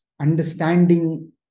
understanding